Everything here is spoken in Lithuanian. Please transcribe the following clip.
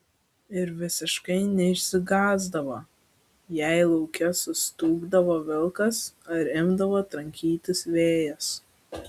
ir visiškai neišsigąsdavo jei lauke sustūgdavo vilkas ar imdavo trankytis vėjas